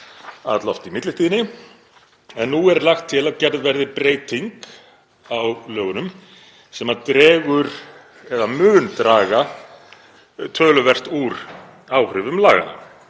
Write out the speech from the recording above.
alloft í millitíðinni. En nú er lagt til að gerð verði breyting á lögunum sem dregur eða mun draga töluvert úr áhrifum laganna